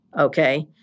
okay